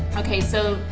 okay so,